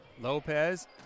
Lopez